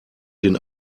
den